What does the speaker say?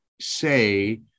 say